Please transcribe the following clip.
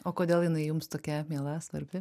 o kodėl jinai jums tokia miela svarbi